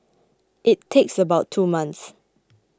it takes about two months